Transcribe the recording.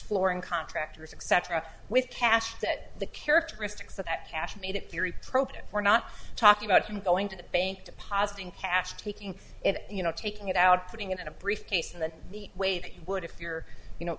flooring contractors except with cash that the characteristics of that cash made it very probative we're not talking about him going to the bank deposit in cash taking it you know taking it out putting it in a briefcase in the way that you would if you're you know